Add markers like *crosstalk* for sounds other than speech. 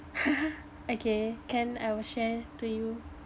*laughs* okay can I will share to you